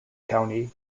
county